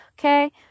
Okay